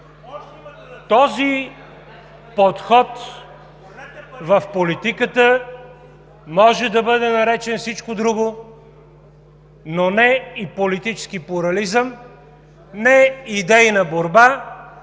Този подход в политиката може да бъде наречен всичко друго, но не и политически плурализъм, не идейна борба